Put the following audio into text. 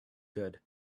good